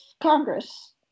Congress